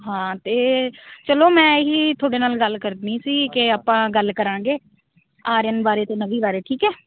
ਹਾਂ ਅਤੇ ਚਲੋ ਮੈਂ ਇਹ ਹੀ ਤੁਹਾਡੇ ਨਾਲ ਗੱਲ ਕਰਨੀ ਸੀ ਕਿ ਆਪਾਂ ਗੱਲ ਕਰਾਂਗੇ ਆਰਿਅਨ ਬਾਰੇ ਨਵੀ ਬਾਰੇ ਠੀਕ ਹੈ